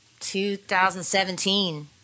2017